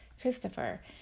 Christopher